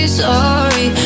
sorry